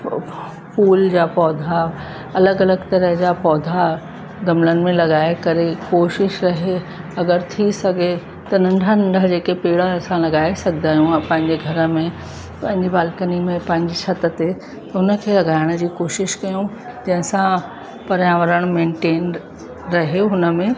फूल जा पौधा अलॻि अलॻि तरह जा पौधा गमलनि में लॻाए करे कोशिशि रहे अगरि थी सघे त नंढा नंढा जेके पेड़ असां लॻाए सघंदा आहियूं पंहिंजे घर में पंहिंजी बालकनी में पंहिंजी छत ते उन खे लॻाइण जी कोशिशि कयूं जंहिंसां पर्यावरण मेंटेन रहे हुन में